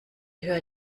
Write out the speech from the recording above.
hör